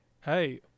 Hey